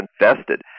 infested